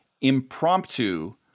impromptu